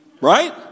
Right